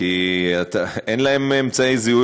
כי אין להם אמצעי זיהוי,